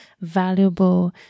valuable